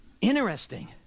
interesting